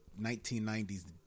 1990s